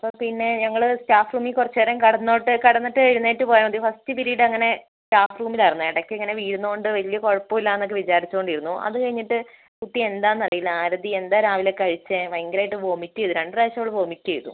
അപ്പോൾ പിന്നെ ഞങ്ങൾ സ്റ്റാഫ് റൂമിൽ കുറച്ച് നേരം കിടന്നോട്ടെ കിടന്നിട്ട് എഴുന്നേറ്റ് പോയാൽ മതി ഫസ്റ്റ് പീരിയഡ് അങ്ങനെ സ്റ്റാഫ് റൂമിലായിരുന്നു ഇടക്ക് ഇങ്ങനെ വീഴുന്നതുകൊണ്ട് വലിയ കുഴപ്പമില്ലെന്നൊക്കെ വിചാരിച്ചുകൊണ്ടിരുന്നു അതുകഴിഞ്ഞിട്ട് കുട്ടി എന്താണെന്നറിയില്ല ആരതി എന്താണ് രാവിലെ കഴിച്ചത് ഭയങ്കരമായിട്ട് വൊമിറ്റ് ചെയ്തു രണ്ടുപ്രാവശ്യം അവൾ വൊമിറ്റ് ചെയ്തു